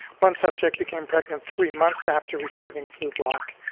one subject became pregnant three months after receiving flublok